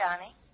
Johnny